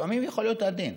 שלפעמים יכול להיות עדין,